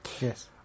Yes